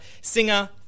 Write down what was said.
singer